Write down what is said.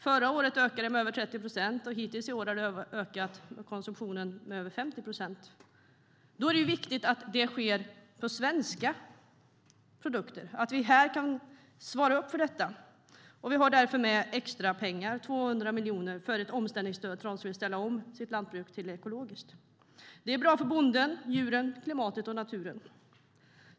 Förra året ökade den med över 30 procent, och hittills i år har konsumtionen ökat med över 50 procent. Det är viktigt att det sker för svenska produkter - att vi kan svara upp mot detta. Vi har därför med extra pengar, 200 miljoner, till ett omställningsstöd åt dem som vill ställa om lantbruk till att bli ekologiskt. Det är bra för bonden, djuren, klimatet och naturen.